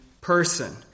person